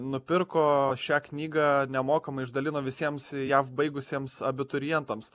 nupirko šią knygą nemokamai išdalino visiems ją baigusiems abiturientams